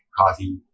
coffee